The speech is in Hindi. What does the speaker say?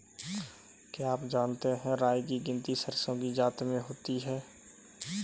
क्या आप जानते है राई की गिनती सरसों की जाति में होती है?